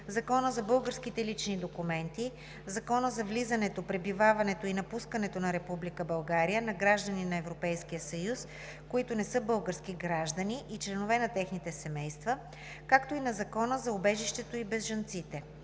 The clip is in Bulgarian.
Закона за българските лични документи, Закона за влизането, пребиваването и напускането на Република България на гражданите на Европейския съюз, които не са български граждани, и членовете на техните семейства, както и на Закона за убежището и бежанците.